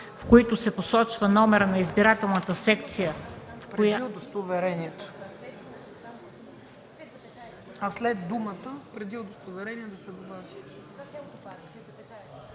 „в които се посочва номерът на избирателната секция,